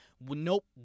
Nope